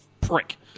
prick